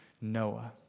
Noah